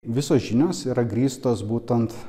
visos žinios yra grįstos būtent